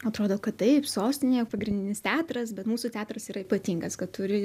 atrodo kad taip sostinėje pagrindinis teatras bet mūsų teatras yra ypatingas kad turi